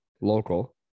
Local